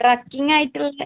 trekking ആയിട്ടുള്ളത്